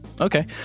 Okay